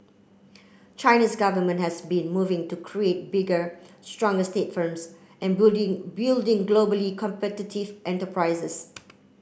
China's government has been moving to create bigger stronger state firms and building globally competitive enterprises